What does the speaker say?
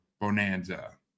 Bonanza